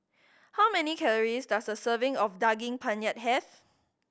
how many calories does a serving of Daging Penyet have